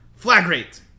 Flagrate